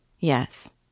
Yes